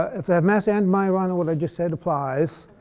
ah if they have mass and majorana, what i just said applies.